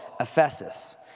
ephesus